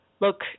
look